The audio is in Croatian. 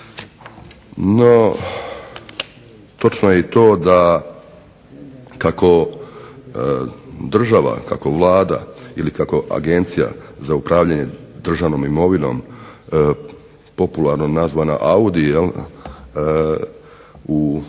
No točno je i to da kako država, kako Vlada ili kako Agencija za upravljanje državnom imovinom, popularno nazvana AUDI, u